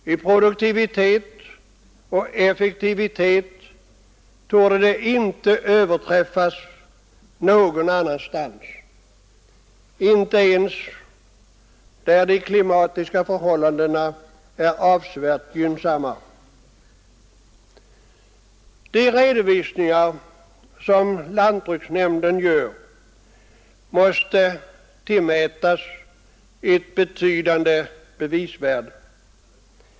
I produktivitet och effektivitet torde det inte överträffas någon annanstans, inte ens där de klimatiska förhållandena är avsevärt gynnsammare. De redovisningar som lantbruksnämnden gör måste tillmätas ett betydande bevisvärde.